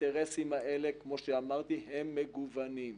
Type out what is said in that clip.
והאינטרסים האלה כמו שאמרתי הם מגוונים.